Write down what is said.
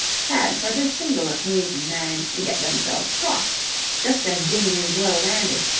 had for this single occasion managed to get themselves crossed just as ginger's blow landed,